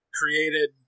created